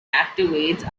activates